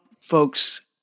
folks